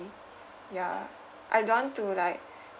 ya I don't want to like